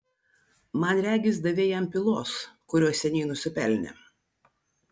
man regis davei jam pylos kurios seniai nusipelnė